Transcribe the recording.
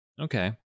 Okay